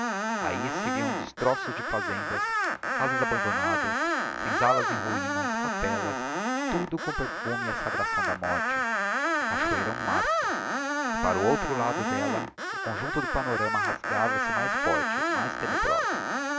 ahi se viam destroços de fazendas casas abandonadas senzalas em ruínas capellas tudo com o perfume e a sagração da morte a cachoeira é um marco e para o outro lado d'ella o conjuncto do panorama rasgava se mais forte mais tenebrosa